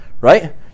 right